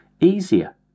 easier